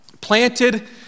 planted